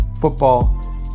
football